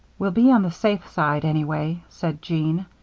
we'll be on the safe side, anyway, said jean.